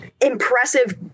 impressive